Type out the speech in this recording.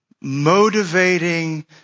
motivating